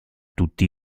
tutti